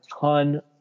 ton